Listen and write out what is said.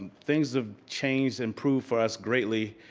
things have changed, improved for us greatly,